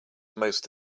most